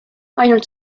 ainult